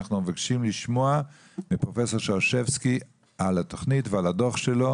אנחנו מבקשים לשמוע מפרופ' שרשבסקי על התוכנית ועל הדוח שלו,